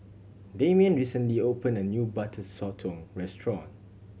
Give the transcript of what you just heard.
Damian recently opened a new Butter Sotong restaurant